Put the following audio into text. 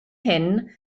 hyn